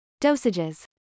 Dosages